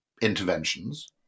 interventions